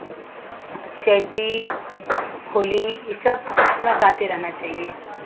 चैती होली ई सब अपना गाते रहना चाहिए